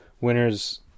Winners